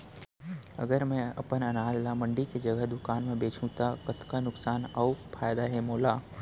अगर मैं अपन अनाज ला मंडी के जगह दुकान म बेचहूँ त कतका नुकसान अऊ फायदा हे मोला?